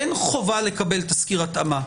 אין חובה לקבל תסקיר התאמה.